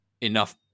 enough